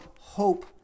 hope